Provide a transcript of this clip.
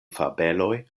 fabeloj